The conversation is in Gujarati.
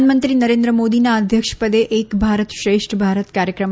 પ્રધાનમંત્રી નરેન્દ્ર મોદીના અધ્યક્ષ પદે એક ભારત શ્રેષ્ઠ ભારત કાર્યક્રમ